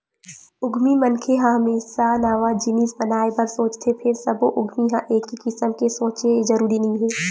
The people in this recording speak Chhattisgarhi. उद्यमी मनखे ह हमेसा नवा जिनिस बनाए बर सोचथे फेर सब्बो उद्यमी ह एके किसम ले सोचय ए जरूरी नइ हे